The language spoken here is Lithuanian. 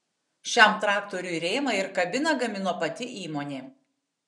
šiam traktoriui rėmą ir kabiną gamino pati įmonė